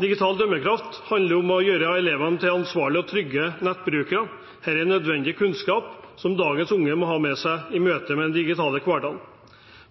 Digital dømmekraft handler om å gjøre elevene til ansvarlige og trygge nettbrukere. Dette er nødvendig kunnskap som dagens unge må ha med seg i møte med den digitale hverdagen.